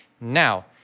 Now